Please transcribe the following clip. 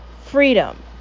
freedom